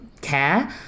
care